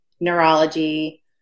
neurology